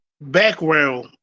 background